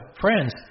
Friends